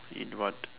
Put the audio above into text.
eat what